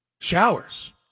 Showers